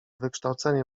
wykształcenie